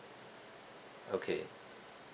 okay